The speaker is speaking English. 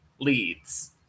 leads